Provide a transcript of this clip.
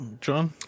John